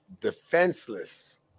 defenseless